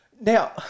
Now